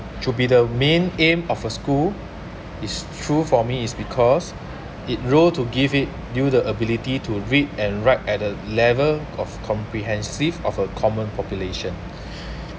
should be the main aim of a school is true for me is because it role to give it do the ability to read and write at the level of comprehensive of a common population